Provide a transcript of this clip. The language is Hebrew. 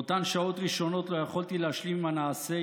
באותן שעות ראשונות לא יכולתי להשלים עם הנעשה,